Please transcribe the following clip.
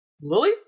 Lily